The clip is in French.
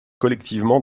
collectivement